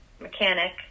mechanic